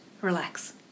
relax